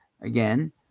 Again